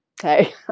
Okay